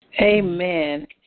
Amen